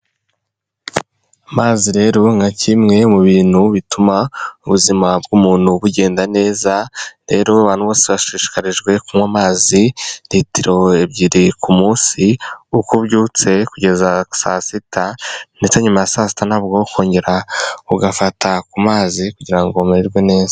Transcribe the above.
Amazi rero nka kimwe mu bintu bituma ubuzima bw'umuntu bugenda neza, rero abantu bose bashishikarijwe kunywa amazi litiro ebyiri ku munsi, uko ubyutse kugeza saa sita, ndetse nyuma ya saa sita nabwo ukongera ugafata ku mazi kugira ngo umererwe neza.